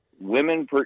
women